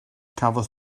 cafodd